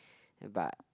but